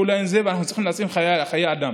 ואנחנו צריכים להציל חיי אדם.